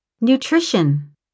Nutrition